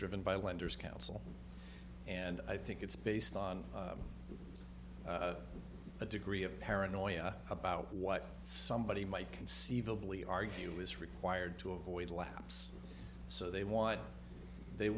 driven by lenders counsel and i think it's based on a degree of paranoia about what somebody might conceivably argue is required to avoid a lapse so they want they